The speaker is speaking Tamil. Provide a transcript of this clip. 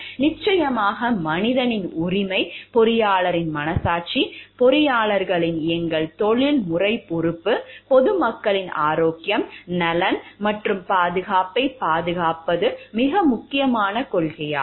நிச்சயமாக மனிதனின் உரிமை பொறியாளரின் மனசாட்சி பொறியாளரின் எங்கள் தொழில்முறை பொறுப்பு பொது மக்களின் ஆரோக்கியம் நலன் மற்றும் பாதுகாப்பைப் பாதுகாப்பது மிக முக்கியமான கொள்கையாகும்